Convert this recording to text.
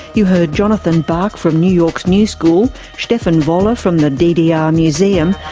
you heard jonathan bach from new york's new school, stefan wolle from the ddr museum,